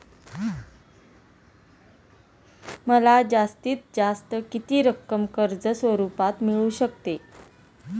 मला जास्तीत जास्त किती रक्कम कर्ज स्वरूपात मिळू शकते?